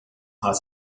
has